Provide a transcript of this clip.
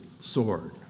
sword